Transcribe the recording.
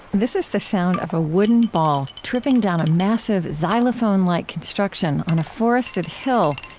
this is the sound of a wooden ball, tripping down a massive xylophone-like construction on a forested hill,